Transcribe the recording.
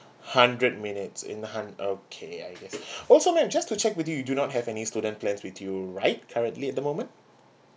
hundred minutes in hund okay I guess also ma'am just to check with you you do not have any student plan with you right currently at the moment